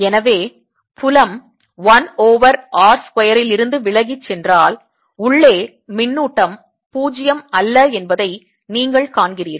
எனவே புலம் 1 over r square லிருந்து விலகிச் சென்றால் உள்ளே மின்னூட்டம் பூஜ்ஜியம் அல்ல என்பதை நீங்கள் காண்கிறீர்கள்